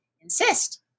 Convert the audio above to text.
insist